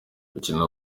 gukina